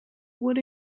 wood